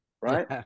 right